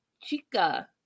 Chica